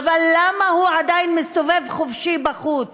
אלא: למה הוא עדיין מסתובב חופשי בחוץ?